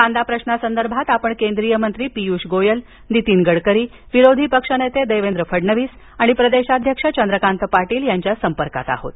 कांदा प्रश्रासंदर्भात आपण केंद्रीय मंत्री पीयूष गोयल नितीन गडकरी विरोधी पक्षनेते देवेंद्र फडणवीस आणि प्रदेशाध्यक्ष चंद्रकांत पाटील यांच्या संपर्कात आहोत